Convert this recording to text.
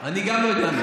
גם אני לא יודע.